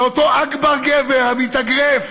מאותו "אכבר גבר", המתאגרף,